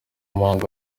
umuhango